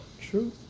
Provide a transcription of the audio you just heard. True